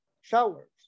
showers